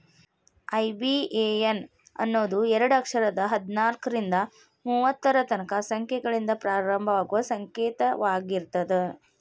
IBAN ಅನ್ನೋದು ಎರಡ ಅಕ್ಷರದ್ ಹದ್ನಾಲ್ಕ್ರಿಂದಾ ಮೂವತ್ತರ ತನಕಾ ಸಂಖ್ಯೆಗಳಿಂದ ಪ್ರಾರಂಭವಾಗುವ ಸಂಕೇತವಾಗಿರ್ತದ